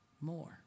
more